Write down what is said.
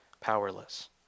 powerless